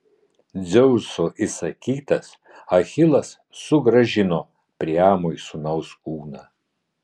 dzeuso įsakytas achilas sugrąžino priamui sūnaus kūną